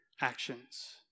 actions